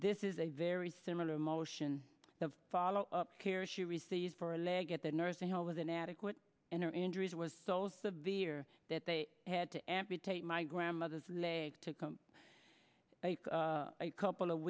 this is a very similar motion the follow up care she received for a leg at the nursing home with inadequate and her injuries was so severe that they had to amputate my grandmother's leg to come a couple of